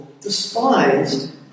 despised